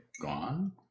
gone